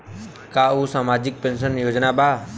का उ सामाजिक पेंशन योजना बा?